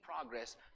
progress